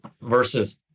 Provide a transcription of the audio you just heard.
versus